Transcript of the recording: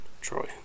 Troy